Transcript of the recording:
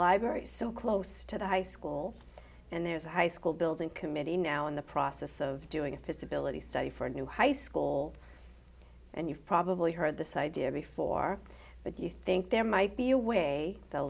library so close to the high school and there's a high school building committee now in the process of doing a fist abilities study for a new high school and you've probably heard this idea before but you think there might be a way the